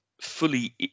fully